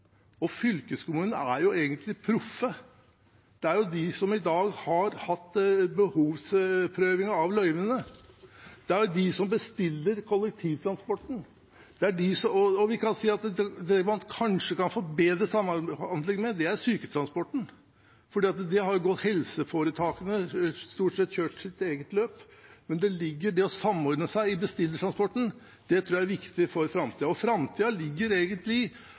dag har behovsprøvingen av løyvene, det er de som bestiller kollektivtransporten. Vi kan si at det man kanskje kan få bedre samhandling om, er syketransporten, for der har helseforetakene stort sett kjørt sitt eget løp. Det å samordne bestillingstransporten tror jeg er viktig for framtiden. Framtiden ligger egentlig